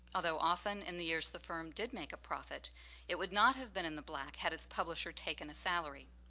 although often in the years the firm did make a profit it would not have been in the black had its publisher taken a salary.